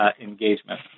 engagement